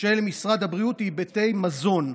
של משרד הבריאות היא בהיבטי מזון,